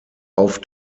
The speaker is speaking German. auf